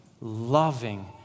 loving